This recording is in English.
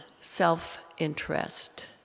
self-interest